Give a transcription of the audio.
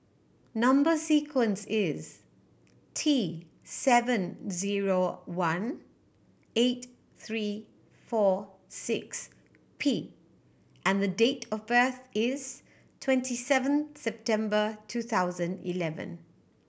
number sequence is T seven zero one eight three four six P and date of birth is twenty seven September two thousand eleven